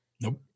Nope